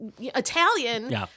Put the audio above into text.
Italian